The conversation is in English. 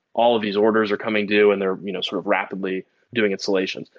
all of these orders are coming due and they're you know sort of rapidly doing installations.